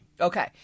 Okay